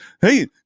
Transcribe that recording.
hey